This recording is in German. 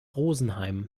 rosenheim